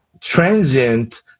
transient